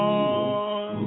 on